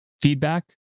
feedback